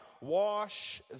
wash